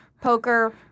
poker